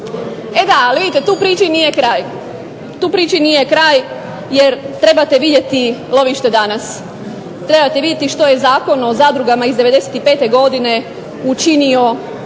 E da, ali vidite tu priči nije kraj. Tu priči nije kraj, jer trebate vidjeti lovište danas. Trebate vidjeti što je Zakon o zadrugama iz '95. godine učinio